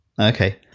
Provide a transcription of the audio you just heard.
okay